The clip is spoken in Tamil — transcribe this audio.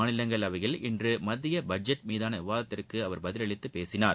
மாநிலங்களவையில் இன்று மத்திய பட்ஜெட் மீதான விவாதத்திற்கு அவர் பதிலளித்து பேசினார்